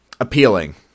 appealing